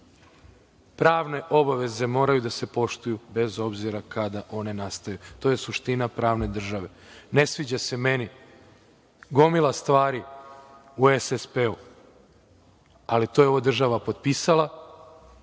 pravne obaveze moraju da se poštuju, bez obzira kada one nastaju. To je suština pravne države. Ne sviđa se meni gomila stvari u SSP-u, ali to je ova država potpisala